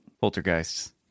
Poltergeists